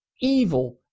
evil